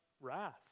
wrath